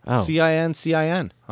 C-I-N-C-I-N